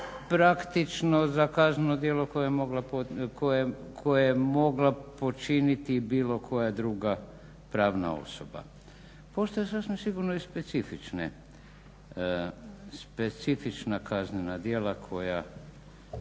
praktično za kazneno djelo koje je mogla počiniti bilo koja druga pravna osoba. Postoje sasvim sigurno i specifična kaznena djela koja